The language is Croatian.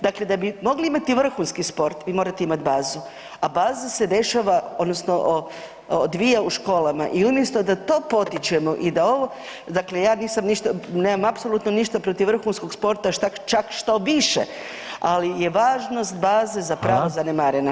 Dakle, da bi mogli imati vrhunski sport vi morate imat bazu, a baza se dešava odnosno odvija u školama i umjesto da to potičemo i da ovo, dakle ja nisam ništa, nemam apsolutno ništa protiv vrhunskog sporta, šta čak štoviše, ali je važnost baze zapravo zanemarena